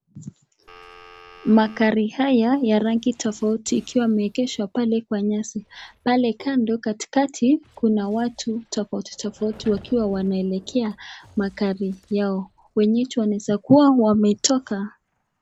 Magari haya ya rangi tofauti ikiwa imeegeshwa pale kwa nyasi. Pale kando katikati, kuna watu tofauti tofauti wakiwa wanaelekea magari yao. Wenyeji wanaeza kuwa wametoka.